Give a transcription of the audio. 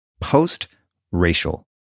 Post-racial